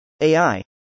AI